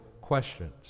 questions